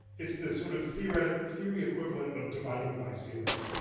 it's the sort of theory but theory equivalent of dividing by zero.